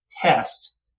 test